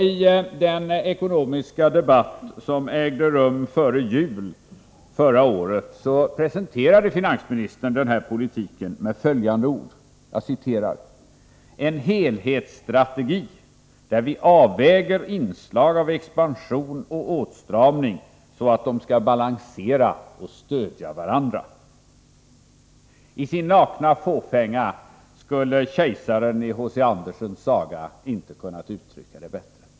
I den ekonomisk-politiska debatten före jul förra året presenterade finansministern denna politik med orden: ”en helhetsstrategi, där vi avväger inslag av expansion och åtstramning, så att de skall balansera och stödja varandra”. I sin nakna fåfänga skulle kejsaren i H. C. Andersens saga inte kunnat uttrycka det bättre.